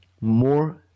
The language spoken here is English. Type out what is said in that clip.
more